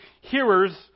hearers